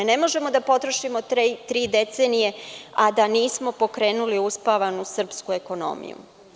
Ne možemo da potrošimo tri decenije, a da nismo pokrenuli uspavanu srpsku ekonomiju.